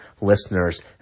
listeners